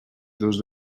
dos